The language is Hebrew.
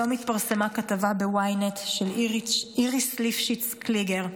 היום התפרסמה כתבה ב-ynet של איריס ליפשיץ-קליגר,